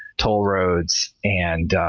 toll roads, and